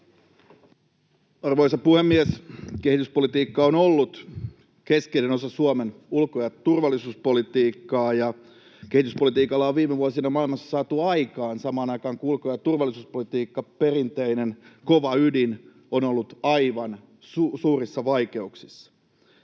Arvoisa puhemies! Kehityspolitiikka on ollut keskeinen osa Suomen ulko- ja turvallisuuspolitiikkaa. Ja kehityspolitiikalla on viime vuosina maailmassa saatu aikaan, samaan aikaan kun ulko- ja turvallisuuspolitiikka, perinteinen kova ydin, on ollut aivan suurissa vaikeuksissa.